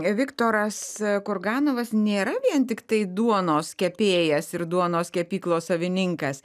viktoras kurganovas nėra vien tiktai duonos kepėjas ir duonos kepyklos savininkas